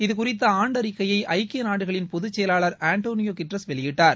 இது குறித்த ஆண்டறிக்கையை ஐக்கிய நாடுகளின் பொது செயலாளர் ஆண்டனியோ குட்ரஸ் வெளியிட்டார்